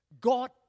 God